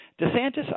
DeSantis